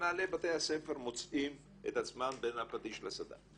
ומנהלי בתי הספר מוצאים את עצמם בין הפטיש לסדן,